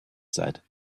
said